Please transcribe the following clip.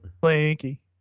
Slinky